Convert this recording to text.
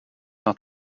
not